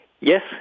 Yes